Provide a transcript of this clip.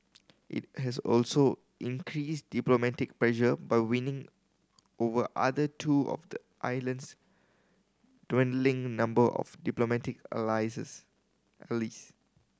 it has also increased diplomatic pressure by winning over other two of the island's dwindling number of diplomatic allies